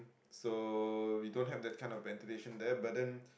so we don't that kind of ventilation there but then